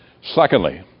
Secondly